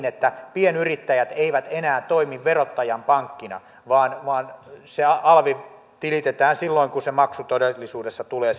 että pienyrittäjät eivät enää toimi verottajan pankkina vaan vaan alvi tilitetään silloin kun se maksu todellisuudessa tulee